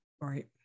Right